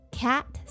cat